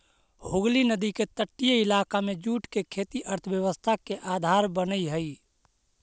हुगली नदी के तटीय इलाका में जूट के खेती अर्थव्यवस्था के आधार बनऽ हई